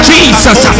Jesus